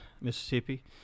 Mississippi